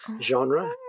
genre